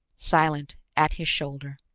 silent, at his shoulder.